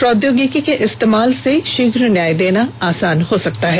प्रौद्यौगिकी के इस्तेमाल से शीघ्र न्याय देना आसान हो सकता है